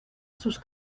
sus